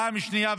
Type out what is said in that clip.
פעם שנייה,